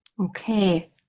Okay